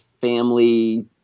family